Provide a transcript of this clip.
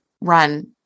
run